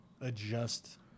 adjust